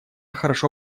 хорошо